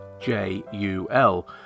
J-U-L